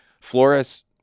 Flores